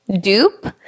Dupe